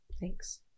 thanks